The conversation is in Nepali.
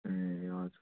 ए हजुर